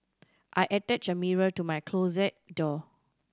I attached a mirror to my closet door